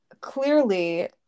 clearly